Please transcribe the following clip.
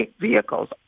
vehicles